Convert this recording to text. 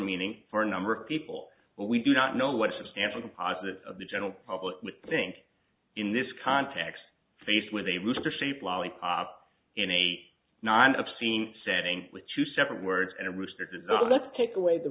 meaning for a number of people but we do not know what substantial positive of the general public would think in this context faced with a rooster shaped lollipop in a non obscene setting with two separate words in a restricted so let's take away the